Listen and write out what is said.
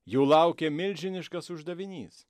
jų laukė milžiniškas uždavinys